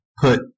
put